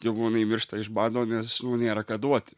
gyvūnai miršta iš bado nes nėra ką duoti